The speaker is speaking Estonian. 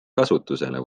kasutusele